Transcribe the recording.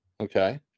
Okay